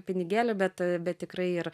pinigėlių bet bet tikrai ir